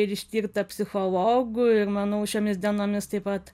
ir ištirta psichologų ir manau šiomis dienomis taip pat